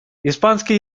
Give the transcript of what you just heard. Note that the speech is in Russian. испанский